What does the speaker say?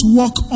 walk